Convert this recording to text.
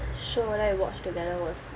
show we watched together was